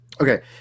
Okay